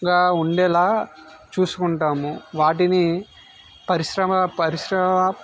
గా ఉండేలా చూసుకుంటాము వాటిని పరిశ్రమ పరిసర